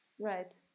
right